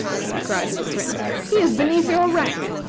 she cried to the prince. he is beneath your rank!